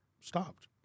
stopped